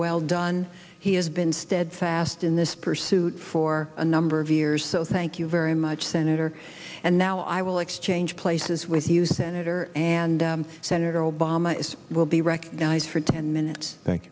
well done he has been steadfast in this pursuit for a number of years so thank you very much senator and now i will exchange places with you senator and senator obama is will be recognized for ten minutes